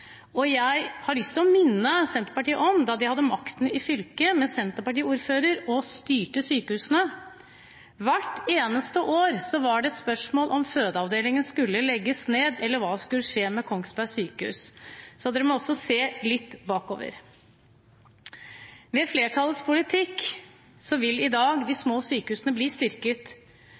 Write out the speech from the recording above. ned. Jeg har lyst til å minne Senterpartiet om at da de hadde makten i fylket – med senterpartiordfører – og styrte sykehusene, var det hvert eneste år spørsmål om fødeavdelingen skulle legges ned eller hva som skulle skje med Kongsberg sykehus. Så man må også se litt bakover. Med flertallets politikk vil de små sykehusene i dag bli styrket.